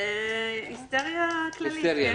צוות הוועדה והצוותים הטכניים.